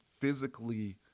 physically